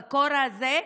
בקור הזה,